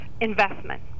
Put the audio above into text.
investment